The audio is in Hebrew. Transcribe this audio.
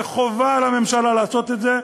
וחובה על הממשלה לעשות את זה,